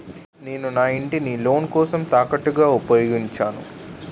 నేను నా ఇంటిని లోన్ కోసం తాకట్టుగా ఉపయోగించాను